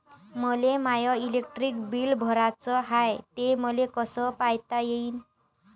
मले my electric bill भराचं हाय, ते मले कस पायता येईन?